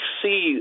see